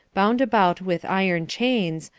bound about with iron chains,